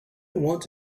want